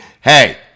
hey